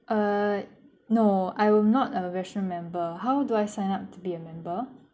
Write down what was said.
uh no I were not a restaurant member how do I sign up to be a member